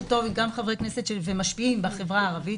טוב גם עם חברי כנסת ומשפיעים בחברה הערבית